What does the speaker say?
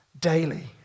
daily